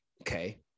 okay